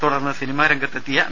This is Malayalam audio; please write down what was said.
തുടർന്ന് സിനിമാരംഗത്തെത്തിയ എം